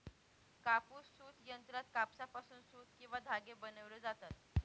कापूस सूत यंत्रात कापसापासून सूत किंवा धागे बनविले जातात